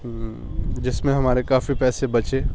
جس میں ہمارے کافی پیسے بچے